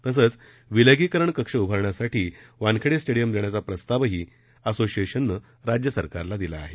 तसंच विलगीकरण कक्ष उभारण्यासाठी वानखडे स्टेडियम देण्याचा प्रस्तावही असोसिएशननं राज्य सरकारला दिला आहे